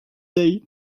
day